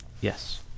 Yes